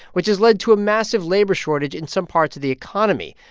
which has led to a massive labor shortage in some parts of the economy.